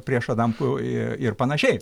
prieš adamkų ir panašiai